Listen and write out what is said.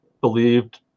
believed